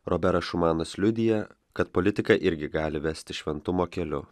roberas šumanas liudija kad politika irgi gali vesti šventumo keliu